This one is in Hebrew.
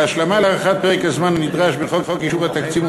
בהשלמה להארכת פרק הזמן הנדרש לאישור חוק התקציב,